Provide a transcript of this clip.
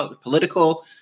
political